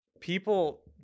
People